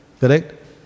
correct